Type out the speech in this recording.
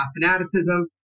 fanaticism